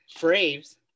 Braves